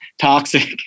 toxic